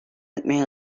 etmeye